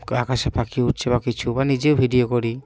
আকাশে পাখি উড়ছে বা কিছু বা নিজেও ভিডিও করি